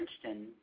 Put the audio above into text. Princeton